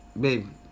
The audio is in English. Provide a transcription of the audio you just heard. Babe